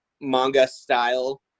manga-style